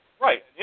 right